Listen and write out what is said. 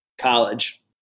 college